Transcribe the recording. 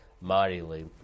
mightily